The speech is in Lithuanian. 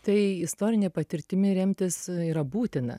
tai istorine patirtimi remtis yra būtina